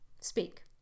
speak